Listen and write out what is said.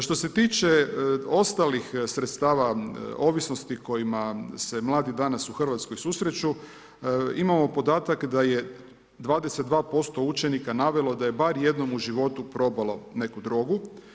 Što se tiče ostalih sredstava ovisnosti s kojima se mladi danas u RH susreću, imamo podatak da je 22% učenika navelo da je bar jednom u životu probalo neku drogu.